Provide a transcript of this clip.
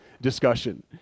discussion